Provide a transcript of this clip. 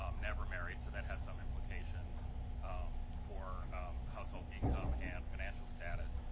um never married. so that has some implications for household income and financial status.